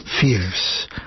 fierce